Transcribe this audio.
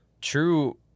True